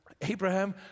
Abraham